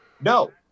No